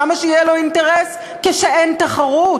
למה שיהיה לו אינטרס כשאין תחרות?